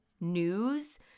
news